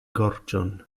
gorĝon